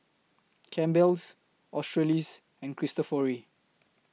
Campbell's Australis and Cristofori